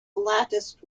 latticed